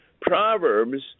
Proverbs